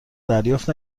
دریافت